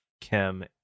Kim